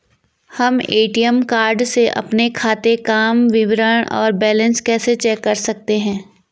हम ATM card से अपने खाते काम विवरण और बैलेंस कैसे चेक कर सकते हैं?